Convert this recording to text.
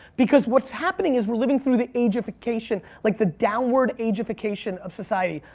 because what's happening is we're living through the age-ification, like the downward age-ification of society.